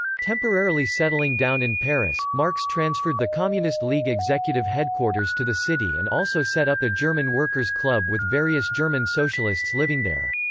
temporarily settling down in paris, marx transferred the communist league executive headquarters to the city and also set up a german workers' workers' club with various german socialists living there.